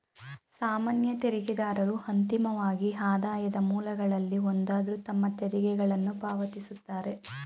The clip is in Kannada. ಸಾಮಾನ್ಯ ತೆರಿಗೆದಾರರು ಅಂತಿಮವಾಗಿ ಆದಾಯದ ಮೂಲಗಳಲ್ಲಿ ಒಂದಾದ್ರು ತಮ್ಮ ತೆರಿಗೆಗಳನ್ನ ಪಾವತಿಸುತ್ತಾರೆ